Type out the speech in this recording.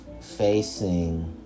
facing